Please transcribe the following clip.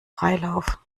freilauf